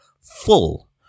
full